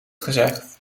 gezegd